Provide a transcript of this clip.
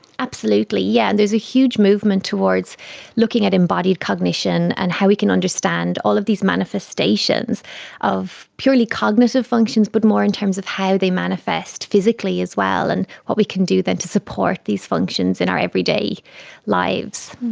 absolutely, yeah there's a huge movement towards looking at embodied cognition and how we can understand all of these manifestations of purely cognitive functions but more in terms of how they manifest physically as well and what we can do then to support these functions in our everyday lives.